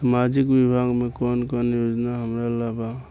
सामाजिक विभाग मे कौन कौन योजना हमरा ला बा?